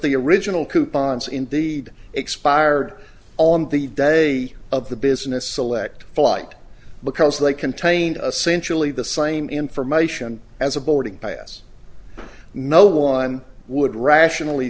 the original coupons indeed expired on the day of the business select flight because they contained a sensually the same information as a boarding pass no one would rationally